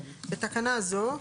(ה)בתקנה זו,